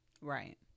Right